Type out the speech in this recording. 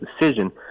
decision